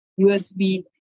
USB